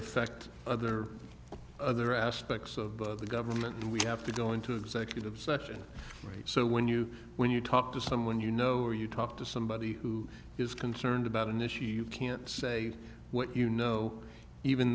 affect other other aspects of the government we have to go into executive session right so when you when you talk to someone you know or you talk to somebody who is concerned about an issue you can't say what you know even